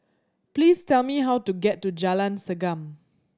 please tell me how to get to Jalan Segam